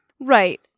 Right